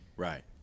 Right